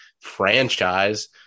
franchise